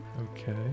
Okay